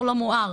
לא מואר